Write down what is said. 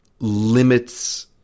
limits